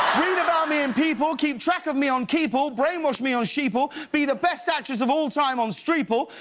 read about me in people, keep track of me on keeple. brainwash me on sheeple. be the best actress of all time on streeple.